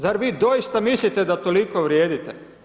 Zar vi doista mislite da toliko vrijedite?